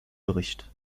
bericht